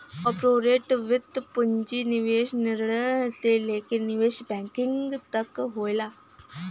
corporate वित्त पूंजी निवेश निर्णय से लेके निवेश बैंकिंग तक होला